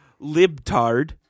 Libtard